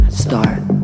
start